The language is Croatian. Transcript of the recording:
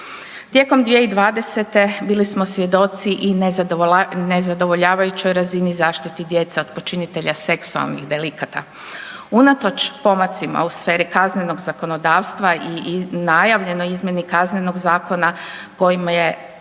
Tijekom 2020. bili smo svjedoci i nezadovoljavajućoj razini zaštiti djece od počinitelja seksualnih delikata. Unatoč pomacima u sferi kaznenog zakonodavstva i najavljenoj izmjeni Kaznenog zakona kojima je